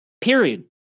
Period